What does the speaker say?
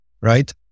right